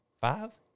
five